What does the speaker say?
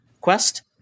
quest